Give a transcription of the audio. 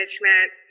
management